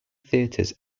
theatres